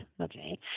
okay